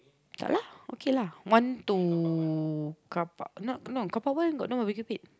tak lah okay lah one to carpark not no carpark one got no barbecue pit